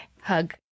Hug